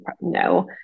No